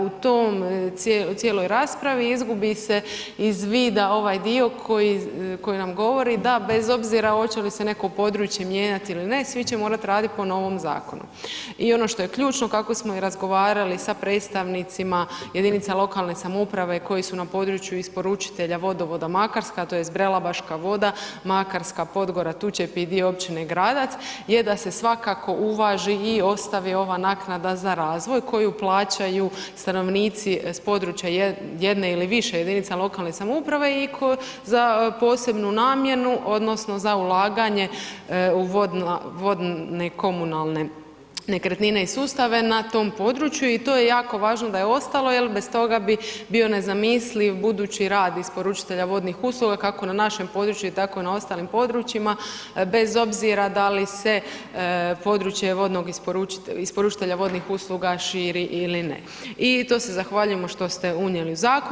U toj cijeloj raspravi izgubi iz vida ovaj dio koji nam govori da bez obzira hoće li se netko područje mijenjati ili ne, svi će morati raditi po novom zakonu i ono što je ključno, kako smo i razgovarali sa predstavnicima jedinica lokalne samouprave koji su na području isporučitelja vodovoda Makarska, tj. Brela, Baška voda, Makarska, Podgora, Tučepi i dio općine Gradac je da se svakako uvaži i ostavi ova naknada za razvoj koju plaćaju stanovnici s područja jedne ili više jedinica lokalne samouprave i za posebnu namjenu odnosno za ulaganje u vodne komunalne nekretnine i sustave na tom području i to je jako važno da je ostalo jer bez toga bi bio nezamisliv budući rad isporučitelja vodnih usluga, kako na našem području, tako na ostalim područjima bez obzira da li se područje vodnog, isporučitelja vodnih usluga širi ili ne i to se zahvaljujemo što ste unijeli u zakon.